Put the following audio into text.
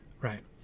right